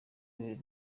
yoweri